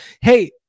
Hey